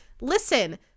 listen